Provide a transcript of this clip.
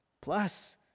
Plus